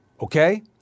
okay